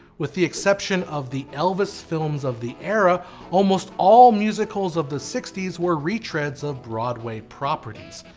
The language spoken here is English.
with the exception of the elvis films of the era almost all musicals of the sixty s were retreads of broadway properties.